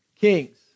Kings